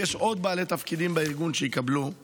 ויש עוד בעלי תפקידים בארגון שיקבלו כספים.